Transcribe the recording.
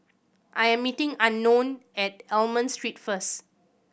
I'm meeting Unknown at Almond Street first